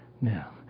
Now